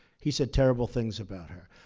he said terrible things about her.